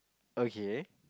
okay